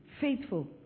faithful